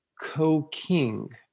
co-king